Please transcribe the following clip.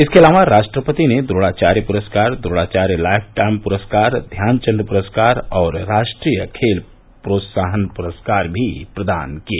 इसके अलावा राष्ट्रपति ने द्रोणाचार्य पुरस्कार द्रोणाचार्य लाइफटाइम पुरस्कार ध्यानचंद पुरस्कार और राष्ट्रीय खेल प्रोत्साहन पुरस्कार भी प्रदान किए